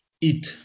eat